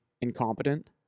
incompetent